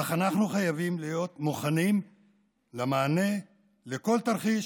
אך אנחנו להיות מוכנים למענה לכל תרחיש